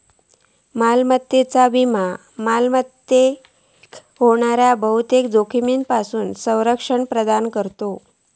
मालमत्तेचो विमो मालमत्तेक होणाऱ्या बहुतेक जोखमींपासून संरक्षण प्रदान करता